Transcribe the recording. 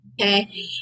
okay